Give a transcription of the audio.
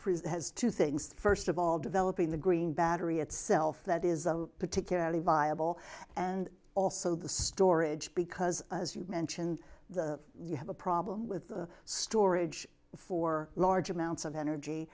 battery has two things first of all developing the green battery itself that is particularly viable and also the storage because as you mentioned the you have a problem with storage for large amounts of energy